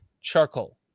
charcoal